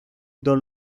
dans